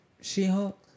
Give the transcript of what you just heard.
She-Hulk